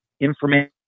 information